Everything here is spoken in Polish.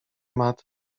matt